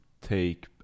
take